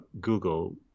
Google